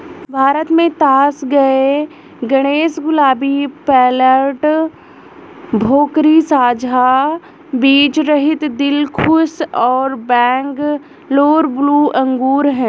भारत में तास ए गणेश, गुलाबी, पेर्लेट, भोकरी, साझा बीजरहित, दिलखुश और बैंगलोर ब्लू अंगूर हैं